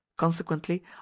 consequently